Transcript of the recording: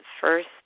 first